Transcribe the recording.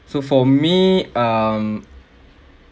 so for me um